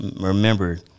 remember